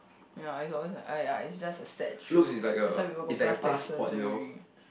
ya it's always like !aiya! is just a sad truth that's why people go plastic surgery